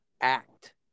act